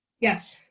Yes